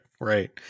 right